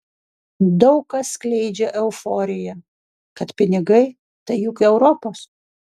daug kas skleidžia euforiją kad pinigai tai juk europos